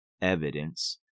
evidence